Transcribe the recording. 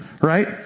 right